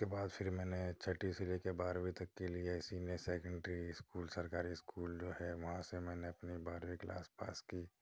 اس کے بعد پھر میں نے چھٹی سے لے کے بارہویں تک کے لیے سینیئر سیکنڈری اسکول سرکاری اسکول جو ہے وہاں سے میں نے اپنی بارہویں کلاس پاس کی